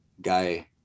guy